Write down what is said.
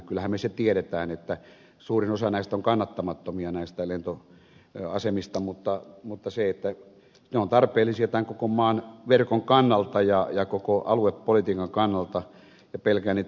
kyllähän me sen tiedämme että suurin osa näistä lentoasemista on kannattamattomia mutta ne ovat tarpeellisia tämän koko maan verkon kannalta ja koko aluepolitiikan kannalta ja pelkään niitä uhkia